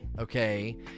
Okay